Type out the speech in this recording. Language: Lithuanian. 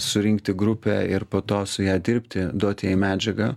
surinkti grupę ir po to su ja dirbti duoti jai medžiagą